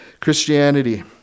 Christianity